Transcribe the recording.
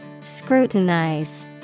Scrutinize